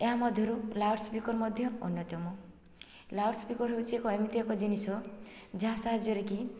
ଏହାମଧ୍ୟରୁ loudspeaker ମଧ୍ୟ ଅନ୍ୟତମ loudspeaker ହେଉଛି ଏକ ଏମିତି ଏକ ଜିନିଷ ଯାହା ସାହାଯ୍ୟରେ କି